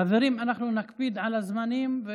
חברים, אנחנו נקפיד על הזמנים.